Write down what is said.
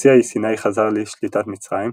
חצי האי סיני חזר לשליטת מצרים,